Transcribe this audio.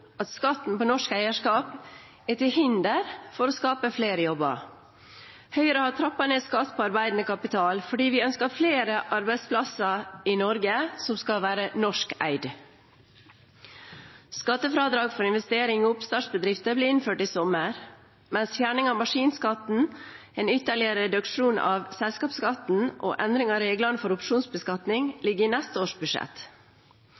at skatten på norsk eierskap er til hinder for å skape flere jobber. Høyre har trappet ned skatt på arbeidende kapital fordi vi ønsker at flere arbeidsplasser i Norge skal være norskeid. Skattefradrag for investering i oppstartsbedrifter ble innført i sommer, mens fjerning av maskinskatten, en ytterligere reduksjon av selskapsskatten og endring av reglene for opsjonsbeskatning